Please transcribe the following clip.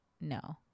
no